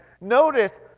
notice